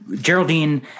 Geraldine